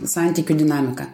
santykių dinamiką